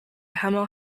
hemel